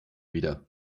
wieder